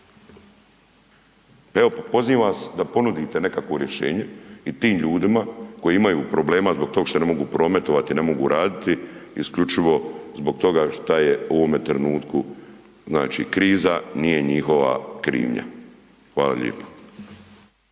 Evo, pozivam vas da ponudite nekakvo rješenje i tim ljudima koji imaju problema zbog tog šta ne mogu prometovati, ne mogu raditi isključivo zbog toga šta je u ovome trenutku, znači kriza, nije njihova krivnja. Hvala lijepo.